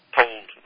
told